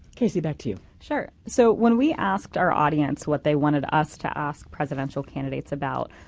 casey, back to you. sure, so when we asked our audience what they wanted us to ask presidential candidates about,